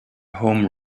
home